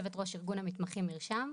יושבת ראש ארגון המתמחים מרשם.